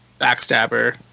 backstabber